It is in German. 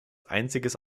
einziges